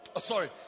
Sorry